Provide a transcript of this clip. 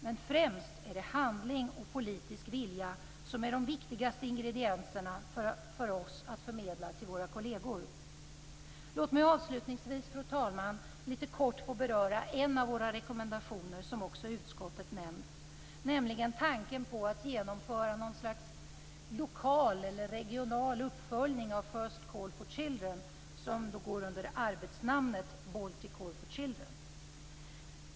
Men det är handling och politisk vilja som är de viktigaste ingredienserna för oss att förmedla till våra kolleger. Låt mig avslutningsvis, fru talman, litet kort få beröra en av våra rekommendationer, som också utskottet nämnt, nämligen tanken på att genomföra något slags lokal eller regional uppföljning av First call for children som går under arbetsnamnet Baltic call for children.